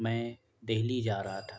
میں دلی جا رہا تھا